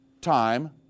time